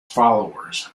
followers